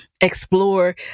explore